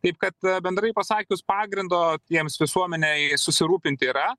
taip kad bendrai pasakius pagrindo tiems visuomenei susirūpint yra